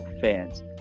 fans